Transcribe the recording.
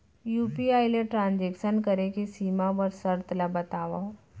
UPI ले transaction करे के सीमा व शर्त ला बतावव?